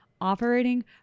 Operating